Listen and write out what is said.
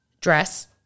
dress